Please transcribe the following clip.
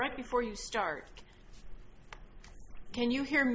right before you start can you he